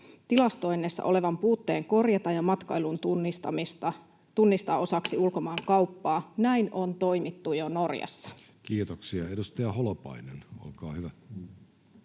tilastoinnissa olevan puutteen korjata ja matkailun tunnistaa osaksi ulkomaankauppaa? Näin on toimittu jo Norjassa. Kiitoksia. — Edustaja Holopainen, olkaa hyvä.